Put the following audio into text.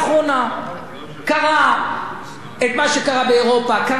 קרה מה שקרה באירופה, קרה מה שקרה בארצות-הברית.